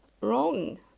wrong